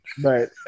Right